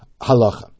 Halacha